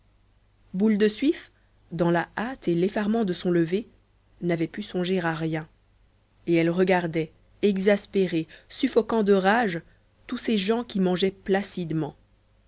boule de suif dans la hâte et l'effarement de son lever n'avait pu songer à rien et elle regardait exaspérée suffoquant de rage tous ces gens qui mangeaient